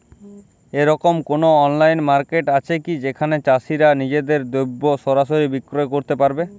এরকম কোনো online market আছে কি যেখানে চাষীরা নিজেদের দ্রব্য সরাসরি বিক্রয় করতে পারবে?